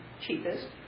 cheapest